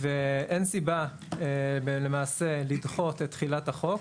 אין סיבה לדחות את תחילת החוק,